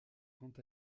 quant